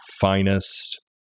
finest